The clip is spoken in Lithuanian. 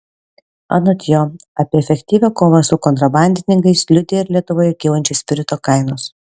anot jo apie efektyvią kovą su kontrabandininkais liudija ir lietuvoje kylančios spirito kainos